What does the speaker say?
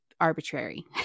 arbitrary